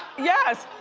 yes!